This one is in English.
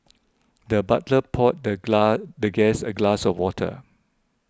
the butler poured the the guest a glass of water